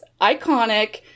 iconic